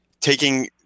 taking